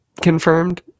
confirmed